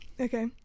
okay